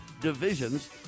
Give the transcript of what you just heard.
divisions